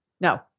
No